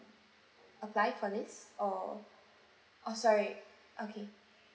apply for this or orh sorry okay